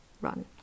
Run